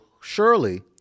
surely